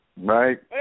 Right